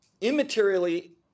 immaterially